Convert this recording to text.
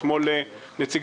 אתמול נציג